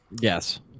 Yes